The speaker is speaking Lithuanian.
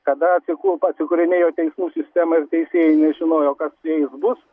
kada atsikū atsikūrinėjo teismų sistema ir teisėjai nežinojo kas su jais bus